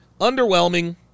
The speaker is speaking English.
Underwhelming